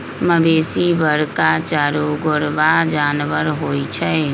मवेशी बरका चरगोरबा जानबर होइ छइ